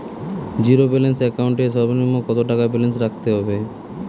Zero balance account এর সর্বনিম্ন কত টাকা ব্যালেন্স রাখতে হবে?